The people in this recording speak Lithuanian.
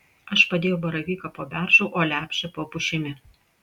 aš padėjau baravyką po beržu o lepšę po pušimi